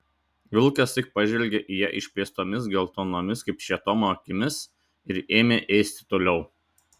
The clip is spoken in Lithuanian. vilkas tik pažvelgė į ją išplėstomis geltonomis kaip šėtono akimis ir ėmė ėsti toliau